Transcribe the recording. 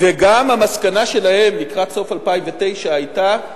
וגם המסקנה שלהם לקראת סוף 2009 היתה מדהימה,